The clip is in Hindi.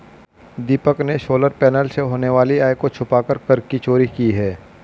दीपक ने सोलर पैनल से होने वाली आय को छुपाकर कर की चोरी की है